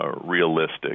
realistic